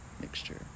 mixture